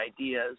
ideas